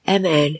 MN